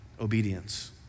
obedience